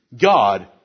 God